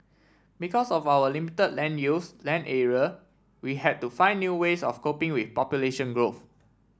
because of our limited land use land area we had to find new ways of coping with population growth